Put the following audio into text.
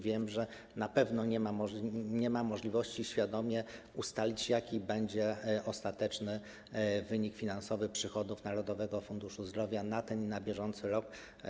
Wiem, że na pewno nie ma możliwości, by świadomie ustalić, jaki będzie ostateczny wynik finansowy przychodów Narodowego Funduszu Zdrowia na bieżący rok.